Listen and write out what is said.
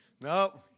Nope